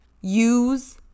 use